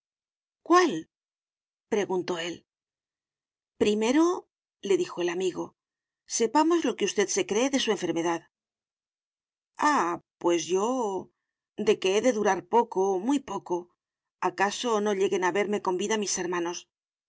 cuál preguntó él primerole dijo el amigosepamos lo que usted se cree de su enfermedad ah pues yo de que he de durar poco muy poco acaso no lleguen a verme con vida mis hermanos